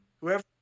whoever